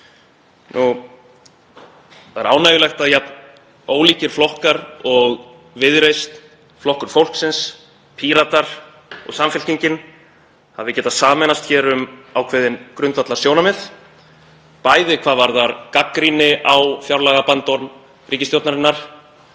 Það er ánægjulegt að jafn ólíkir flokkar og Viðreisn, Flokkur fólksins, Píratar og Samfylkingin hafi getað sameinast hér um ákveðin grundvallarsjónarmið, bæði hvað varðar gagnrýni á fjárlagabandorm ríkisstjórnarinnar